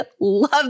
love